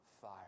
fire